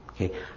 Okay